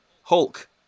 Hulk